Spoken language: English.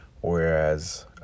whereas